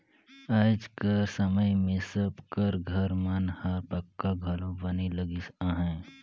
आएज कर समे मे सब कर घर मन हर पक्का घलो बने लगिस अहे